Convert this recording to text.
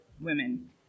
Women